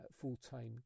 full-time